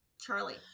charlie